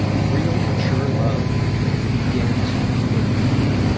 real mature love begins when you